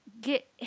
get